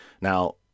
Now